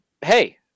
Hey